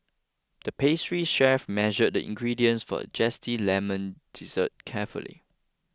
the pastry chef measured the ingredients for a Zesty Lemon Dessert carefully